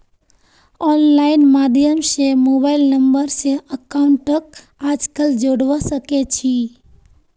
online माध्यम स mobile number स अकाउंटक आजकल जोडवा सके छी